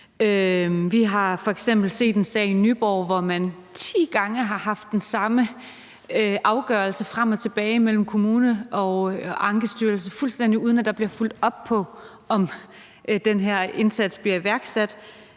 Vi har f.eks. set en sag i Nyborg, hvor man ti gange har haft den samme afgørelse frem og tilbage mellem kommune og Ankestyrelse, fuldstændig uden at der bliver fulgt op på, om den her indsats bliver iværksat.